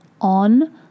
on